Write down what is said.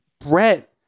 Brett